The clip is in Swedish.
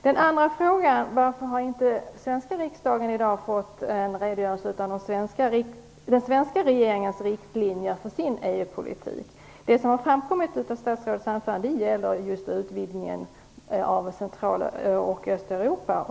Den andra frågan var: Varför har den svenska riksdagen i dag inte fått någon redogörelse för den svenska regeringens riktlinjer för EU-politiken? Det som har framkommit i statsrådets anförande gäller just utvidgningen i fråga om Central och Östeuropa.